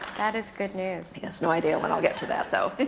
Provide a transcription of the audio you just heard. that is good news. yes, no idea when i'll get to that though.